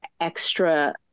extra